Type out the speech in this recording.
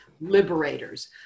liberators